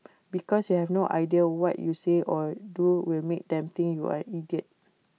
because you have no idea what you say or do will make them think you're an idiot